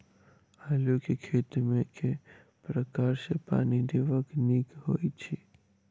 आलु केँ खेत मे केँ प्रकार सँ पानि देबाक नीक होइ छै?